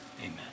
Amen